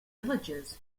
villages